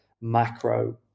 macro